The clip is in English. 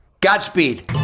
Godspeed